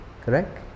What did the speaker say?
Correct